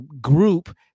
group